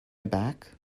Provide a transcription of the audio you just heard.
aback